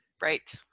Right